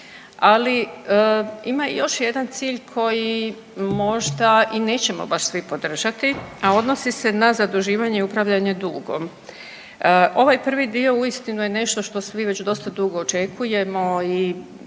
ali ima još jedan cilj koji možda i nećemo baš svi podržati, a odnosi se na zaduživanje i upravljanje dugom. Ovaj prvi dio uistinu je nešto što svi već dosta dugo očekujemo i